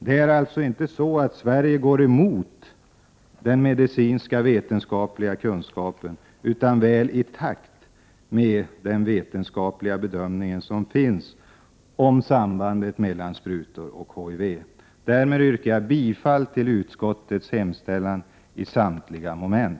Det är alltså inte så att Sverige går emot den internationella vetenskapliga kunskapen, utan vi är väl i takt med den vetenskapliga kunskap som finns om sambandet mellan sprutor och HIV. Därmed yrkar jag bifall till utskottets hemställan i samtliga moment.